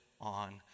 on